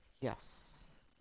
yes